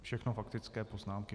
Všechno faktické poznámky.